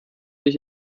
mich